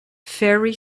ferry